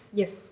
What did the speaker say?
yes